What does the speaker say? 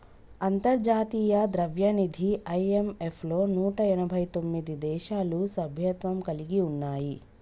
అంతర్జాతీయ ద్రవ్యనిధి ఐ.ఎం.ఎఫ్ లో నూట ఎనభై తొమ్మిది దేశాలు సభ్యత్వం కలిగి ఉన్నాయి